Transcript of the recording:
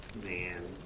man